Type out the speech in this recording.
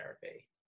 therapy